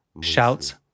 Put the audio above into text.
shouts